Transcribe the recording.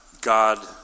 God